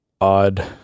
Odd